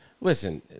listen